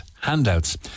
handouts